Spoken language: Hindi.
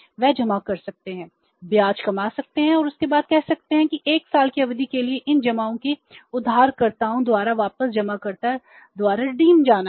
वे जमा कर सकते हैं ब्याज कमा सकते हैं और उसके बाद कह सकते हैं कि 1 साल की अवधि के लिए इन जमाओं को उधारकर्ताओं द्वारा वापस जमाकर्ताओं द्वारा भुनाया जाना है